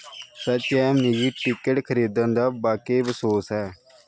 सच्च ऐ मिगी टिकट खरीदन दा वाकई बसोस ऐ